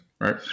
right